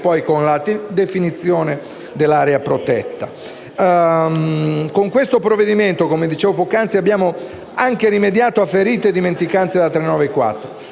Con questo provvedimento, come dicevo poc’anzi, abbiamo anche rimediato a ferite e dimenticanze della